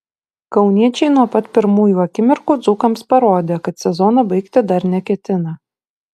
kauniečiai nuo pat pirmųjų akimirkų dzūkams parodė kad sezono baigti dar neketina